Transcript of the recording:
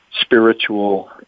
spiritual